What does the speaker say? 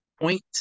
point